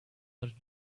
but